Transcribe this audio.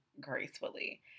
gracefully